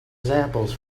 examples